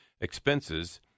expenses